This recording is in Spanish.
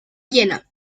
viena